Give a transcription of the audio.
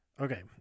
Okay